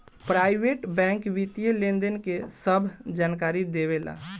private bank वित्तीय लेनदेन के सभ जानकारी देवे ला